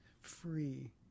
free